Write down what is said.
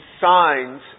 signs